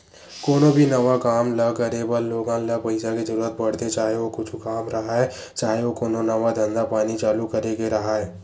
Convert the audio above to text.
कोनो भी नवा काम ल करे बर लोगन ल पइसा के जरुरत पड़थे, चाहे ओ कुछु काम राहय, चाहे ओ कोनो नवा धंधा पानी चालू करे के राहय